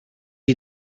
you